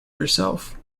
herself